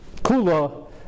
kula